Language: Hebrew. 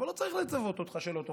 אבל לא צריך לצוות אותך שלא תאכל,